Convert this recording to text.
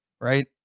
right